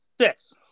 Six